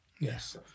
Yes